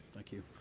thank you.